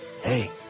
Hey